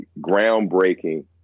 groundbreaking